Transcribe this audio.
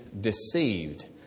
deceived